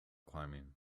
climbing